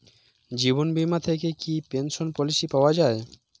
জীবন বীমা থেকে কি পেনশন পলিসি পাওয়া যায়?